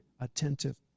attentive